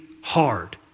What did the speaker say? hard